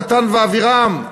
דתן ואבירם,